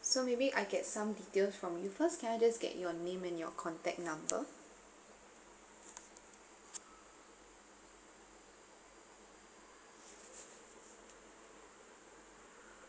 so maybe I get some details from you first can I just get your name and your contact number